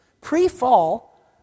Pre-fall